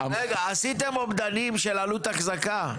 רגע, עשיתם אומדנים של עלות אחזקה.